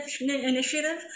initiative